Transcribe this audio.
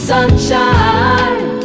Sunshine